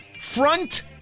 Front